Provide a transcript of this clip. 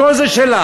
הכול זה שלה.